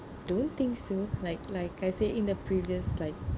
don't think so like like I said in the previous like